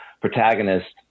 protagonist